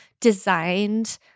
designed